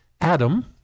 Adam